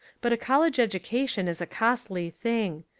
but a college education is a costly thing.